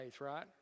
right